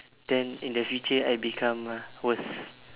then in the future I become worst